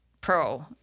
pro